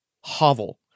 hovel